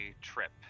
trip